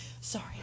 Sorry